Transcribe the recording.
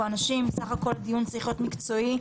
אנשים כי בסך הכול הדיון צריך להיות מקצועי.